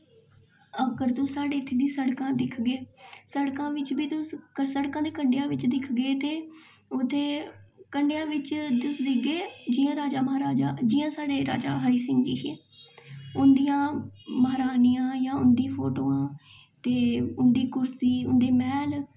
अगर तुस इत्थै साढ़े इत्थै दियां सड़कां दिक्खगे सड़कां च बी तुस सड़का दे कंढै दिक्खगे ते उत्थै कंढेआ बिच्च तुस दिक्खगे जि'यां साढ़े राजा महाराजा जि'यां साढ़े महाराजा हरि सिंह जी हे उं'दियां महारानियां जां उं'दियां फोटो ते उं'दी कुर्सी उं'दे मैह्ल